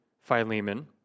Philemon